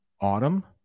autumn